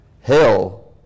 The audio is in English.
Hell